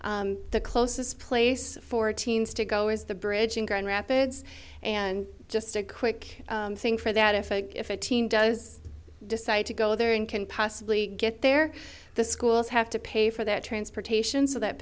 the closest place for teens to go is the bridge in grand rapids and just a quick thing for that effect if a teen does decide to go there and can possibly get there the schools have to pay for their transportation so that